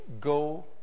go